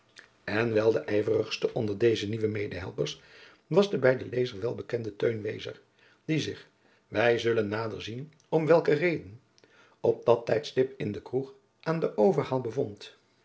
en wel de ijverigste onder deze nieuwe medehelpers was de bij den lezer welbekende teun wezer die zich wij zullen nader zien om welke reden op dat tijdstip in de kroeg aan den overhaal bevond